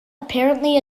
apparently